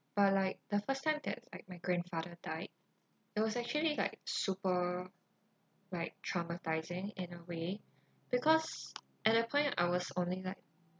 but like the first time that like my grandfather died it was actually like super like traumatising in a way because at that point I was only like